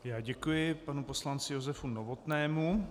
Já děkuji panu poslanci Josefu Novotnému.